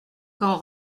quand